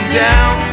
down